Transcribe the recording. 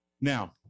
Now